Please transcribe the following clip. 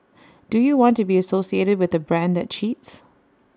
do you want to be associated with A brand that cheats